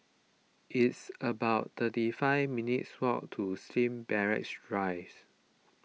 it's about thirty five minutes' walk to Slim Barracks Rise